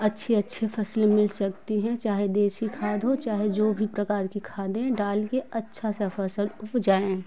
अच्छे अच्छे फसल मिल सकती हैं चाहे देशी खाद हो चाहे जो भी प्रकार कि खाद हैं डाल के अच्छा सा फ़सल उपजाएँ